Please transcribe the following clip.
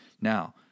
Now